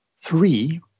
three